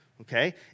Okay